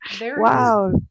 Wow